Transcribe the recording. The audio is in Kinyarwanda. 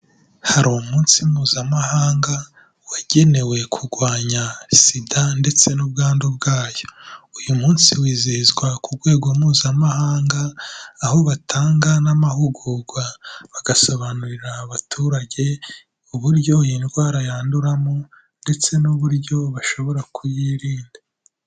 Hari umunsi mpuzamahanga wagenewe kurwanya SIDA ndetse n'ubwandu bwayo. Uyu munsi wizihizwa ku rwego mpuzamahanga, aho batanga n'amahugurwa bagasobanurira abaturage uburyo iyi ndwara yanduramo ndetse n'uburyo bashobora kuyirinda.